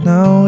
Now